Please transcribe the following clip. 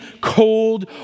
cold